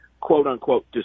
quote-unquote